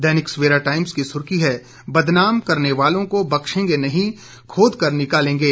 दैनिक Savera Times की सुर्खी है बदनाम करने वालों को बख्शेंगे नहीं खोद कर निकालेंगे